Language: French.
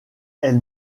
elle